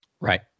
Right